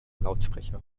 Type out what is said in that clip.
lautsprecher